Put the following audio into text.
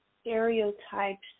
stereotypes